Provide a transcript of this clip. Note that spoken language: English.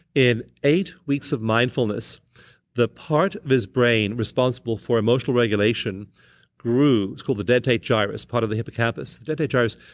in eight weeks of mindfulness the part of his brain responsible for emotional regulation grew. it's called the dentate gyrus, part of the hippocampus, the dentate gyrus.